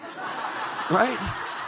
right